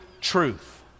truth